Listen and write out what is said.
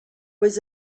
was